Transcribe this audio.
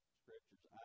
scriptures